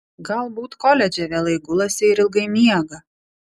galbūt koledže vėlai gulasi ir ilgai miega